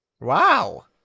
Wow